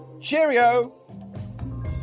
Cheerio